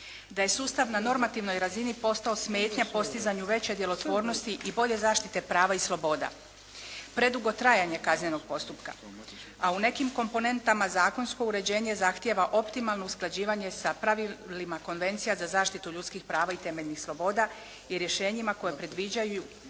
da je sustav na normativnoj razini posto smetnja postizanju veće djelotvornosti i bolje zaštite prava i sloboda, predugo trajanje kaznenog postupka, a u nekim komponentama zakonsko uređenje zahtjeva optimalno usklađivanje sa pravilima Konvencija za zaštitu ljudskih prava i temeljnih sloboda i rješenjima koje predviđaju